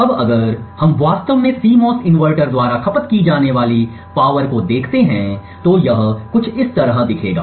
अब अगर हम वास्तव में CMOS इन्वर्टर द्वारा खपत की जाने वाली शक्ति को देखते हैं तो यह कुछ इस तरह दिखेगा